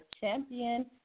champion